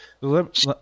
Let